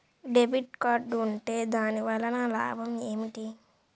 Debit card ఉంటే దాని వలన లాభం ఏమిటీ?